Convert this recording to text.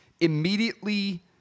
Immediately